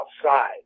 outside